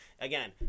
Again